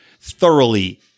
thoroughly